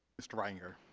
mr. reitinger